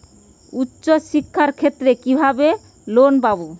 উচ্চশিক্ষার ক্ষেত্রে কিভাবে লোন পাব?